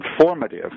informative